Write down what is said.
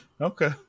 Okay